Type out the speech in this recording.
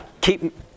keep